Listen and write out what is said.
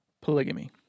polygamy